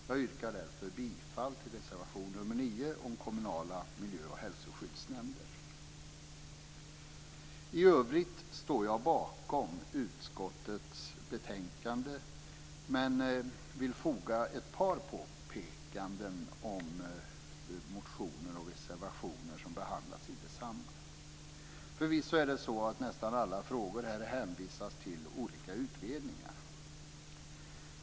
Jag yrkar därför bifall till reservation nr 9 om kommunala miljö och hälsoskyddsnämnder. I övrigt står jag bakom hemställan i utskottets betänkande, men jag vill tillfoga ett par påpekanden om motioner och reservationer som behandlats i det. Förvisso är det så att nästan alla frågor här hänvisas till olika utredningar.